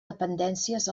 dependències